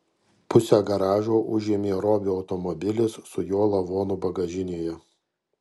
pusę garažo užėmė robio automobilis su jo lavonu bagažinėje